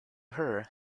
her